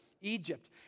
Egypt